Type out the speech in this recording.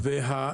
משבר האקלים,